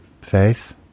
Faith